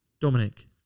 Dominic